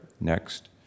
next